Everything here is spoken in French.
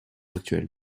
actuel